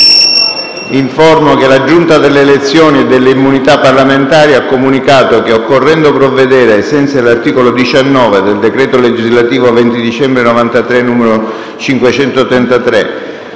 Informo che la Giunta delle elezioni e delle immunità parlamentari ha comunicato che, occorrendo provvedere, ai sensi dell'articolo 19 del decreto legislativo 20 dicembre 1993, n. 533,